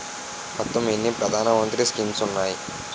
మొత్తం ఎన్ని ప్రధాన మంత్రి స్కీమ్స్ ఉన్నాయి?